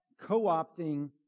co-opting